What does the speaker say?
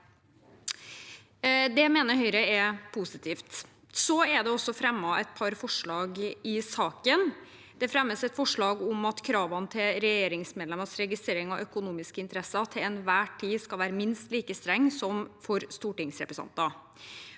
Det mener Høyre er positivt. Det er fremmet et par forslag i saken. Det fremmes et forslag om at kravene til regjeringsmedlemmers registrering av økonomiske interesser til enhver tid skal være minst like strenge som for stortingsrepresentanter.